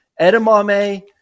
Edamame